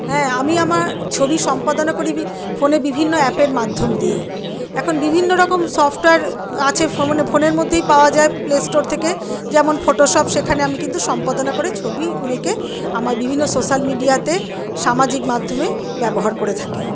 হ্যাঁ আমি আমার ছবি সম্পাদনা করি ফোনে বিভিন্ন অ্যাপের মাধ্যম দিয়ে এখন বিভিন্ন রকম সফটওয়্যার আছে ফোনের মধ্যেই পাওয়া যায় প্লে স্টোর থেকে যেমন ফোটোশপ সেখানে আমি কিন্তু সম্পাদনা করে ছবিগুলিকে আমার বিভিন্ন সোশ্যাল মিডিয়াতে সামাজিক মাধ্যমে ব্যবহার করে থাকি